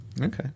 Okay